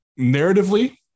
narratively